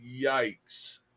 yikes